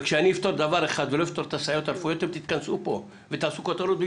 צריך לפתור היום את כל הבעיות.